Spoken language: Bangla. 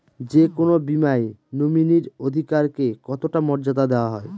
যে কোনো বীমায় নমিনীর অধিকার কে কতটা মর্যাদা দেওয়া হয়?